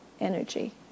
energy